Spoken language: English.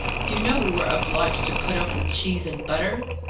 you know we were obliged to put up with cheese and butter!